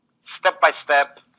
step-by-step